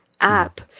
app